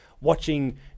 watching